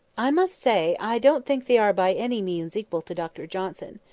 i must say, i don't think they are by any means equal to dr johnson.